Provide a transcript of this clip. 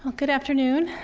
um good afternoon.